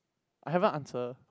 I haven't answer